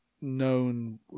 known